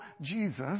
Jesus